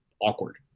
awkward